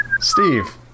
steve